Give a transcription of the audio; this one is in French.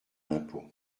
l’impôt